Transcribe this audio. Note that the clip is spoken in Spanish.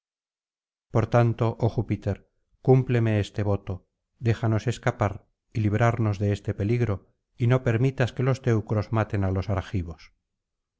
por tanto oh júpiter cúmpleme este voto déjanos escapar y librarnos de este peligro y no permitas que los teucros maten á los argivos